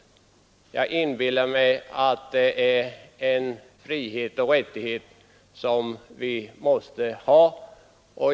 Jag inbillar mig att det är en frihet och rättighet som vi måste ha.